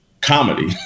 comedy